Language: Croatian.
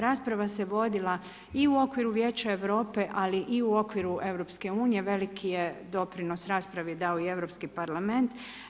Rasprava se vodila i u okviru Vijeća Europe, ali i u okviru EU, veliki je doprinos raspravi dao i Europski parlament.